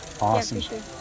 awesome